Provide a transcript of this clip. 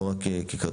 לא רק ככרטיס.